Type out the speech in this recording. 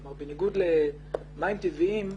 כלומר, בניגוד למים טבעיים,